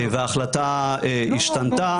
וההחלטה השתנתה,